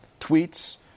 tweets